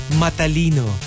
matalino